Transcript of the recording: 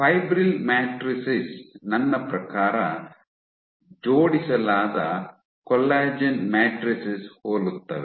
fibril matrices ನನ್ನ ಪ್ರಕಾರ ಜೋಡಿಸಲಾದ ಕೊಲ್ಲಾಜೆನ್ ಮ್ಯಾಟ್ರಿಸೈಸ್ ಅನ್ನು ಹೋಲುತ್ತದೆ